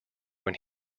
when